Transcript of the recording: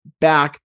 back